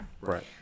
Right